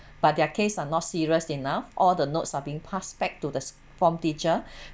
but their case are not serious enough all the notes are being pass back to this form teacher